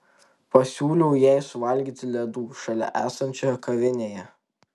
pasiūliau jai suvalgyti ledų šalia esančioj kavinėje